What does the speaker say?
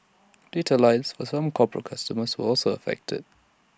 data lines for some corporate customers were also affected